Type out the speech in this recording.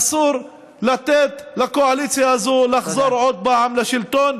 אסור לתת לקואליציה הזאת לחזור עוד פעם לשלטון,